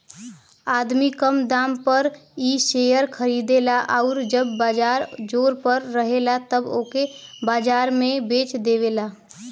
आदमी कम दाम पर इ शेअर खरीदेला आउर जब बाजार जोर पर रहेला तब ओके बाजार में बेच देवेला